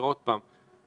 שנדון היום במשרד הבריאות